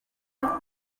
our